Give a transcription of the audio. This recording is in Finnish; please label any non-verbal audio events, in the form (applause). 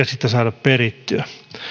(unintelligible) sitä saada perittyä